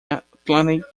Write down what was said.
atlantic